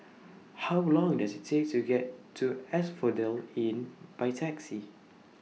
How Long Does IT Take to get to Asphodel Inn By Taxi